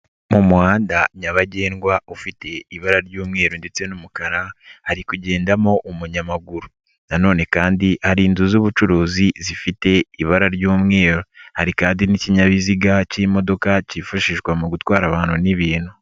Mu muhanda nyabagendwa ufite ibara ry'umweru ndetse n'umukara hari kugendamo umunyamaguru nanone kandi hari inzu z'ubucuruzi zifite ibara ry'umweru, hari kandi n'ikinyabiziga k'imodoka kifashishwa mu gutwara abantu n'ibintu.